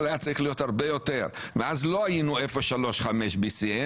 היה צריך להיות הרבה יותר ואז לא היינו 0.35 BCM,